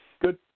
Good